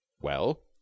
Well